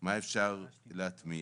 מה אפשר להטמיע.